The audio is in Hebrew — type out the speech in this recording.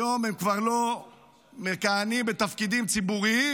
היום הם כבר לא מכהנים בתפקידים ציבוריים,